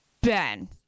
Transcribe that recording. Ben